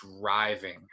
driving